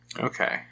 Okay